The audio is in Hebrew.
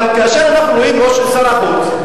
אבל כאשר אנחנו רואים את שר החוץ,